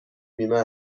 بیمه